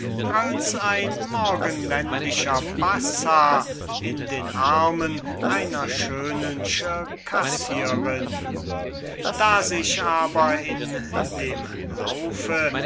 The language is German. als ein morgenländischer bassa in den weichen armen einer jungen circasserin da sich aber in dem lauf